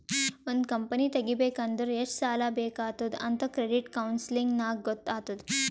ಒಂದ್ ಕಂಪನಿ ತೆಗಿಬೇಕ್ ಅಂದುರ್ ಎಷ್ಟ್ ಸಾಲಾ ಬೇಕ್ ಆತ್ತುದ್ ಅಂತ್ ಕ್ರೆಡಿಟ್ ಕೌನ್ಸಲಿಂಗ್ ನಾಗ್ ಗೊತ್ತ್ ಆತ್ತುದ್